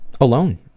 alone